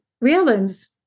realms